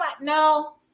No